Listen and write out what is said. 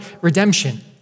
redemption